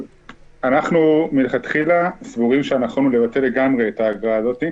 אנחנו סבורים שנכון לבטל לגמרי את האגרה הזאת,